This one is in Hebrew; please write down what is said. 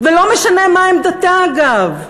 ולא משנה מה עמדתה, אגב.